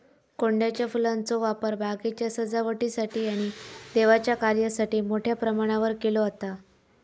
गोंड्याच्या फुलांचो वापर बागेच्या सजावटीसाठी आणि देवाच्या कार्यासाठी मोठ्या प्रमाणावर केलो जाता